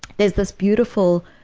there's this beautiful